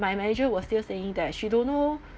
my manager was still saying that she don't know